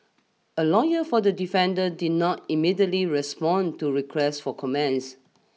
a lawyer for the defendant did not immediately respond to requests for comments